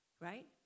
right